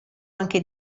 anche